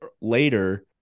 later